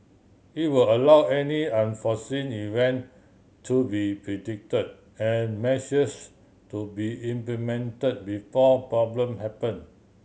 it will allow any unforeseen event to be predict and measures to be implement before problem happen